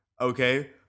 Okay